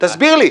תסביר לי.